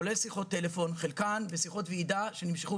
כולל שיחות טלפון וחלקן שיחות ועידה שנמשכו